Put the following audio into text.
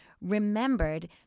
remembered